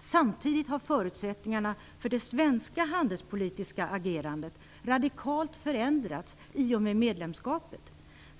Samtidigt har förutsättningarna för det svenska handelspolitiska agerandet radikalt förändrats i och med medlemskapet.